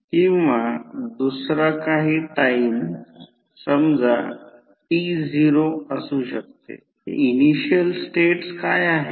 तर सेकंडरीद्वारे करंट वाहत नाही परंतु प्रायमरी साईडला लहान व्होल्टेज दिले आहे